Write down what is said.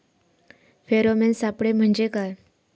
Pheromone सापळे म्हंजे काय?